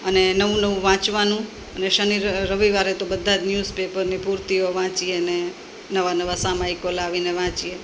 અને નવું નવું વાંચવાનું અને શનિ રવિવારે તો બધાં જ ન્યૂઝ પેપરની પૂર્તિઓ વાંચીએ અને નવાં નવાં સામાયિકો લાવીને વાંચીએ